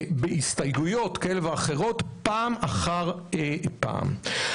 בהסתייגויות כאלה ואחרות, פעם אחר פעם.